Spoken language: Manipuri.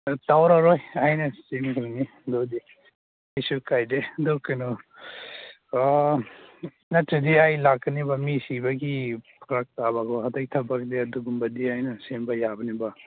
ꯇꯧꯔꯔꯣꯏ ꯑꯩꯅ ꯁꯤꯟꯈ꯭ꯔꯅꯤ ꯑꯗꯨꯗꯤ ꯀꯩꯁꯨ ꯀꯥꯏꯗꯦ ꯑꯗꯨ ꯀꯩꯅꯣ ꯅꯠꯇ꯭ꯔꯗꯤ ꯑꯩ ꯂꯥꯛꯀꯅꯦꯕ ꯃꯤ ꯁꯤꯕꯒꯤ ꯐꯔꯛ ꯇꯥꯕꯀꯣ ꯑꯇꯩ ꯊꯕꯛꯇꯤ ꯑꯗꯨꯒꯨꯝꯕꯗꯤ ꯑꯩꯅ ꯁꯦꯝꯕ ꯌꯥꯕꯅꯤꯕ